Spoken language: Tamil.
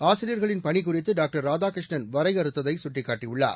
ஆசிரியர்களின் பணி குறித்து டாக்டர் ராதாகிருஷ்ணன் வரையறுத்ததை சுட்டிக்காட்டியுள்ளார்